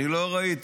אני לא ראיתי